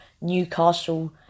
Newcastle